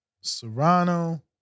Serrano